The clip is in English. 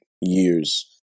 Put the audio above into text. years